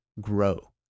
grow